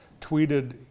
tweeted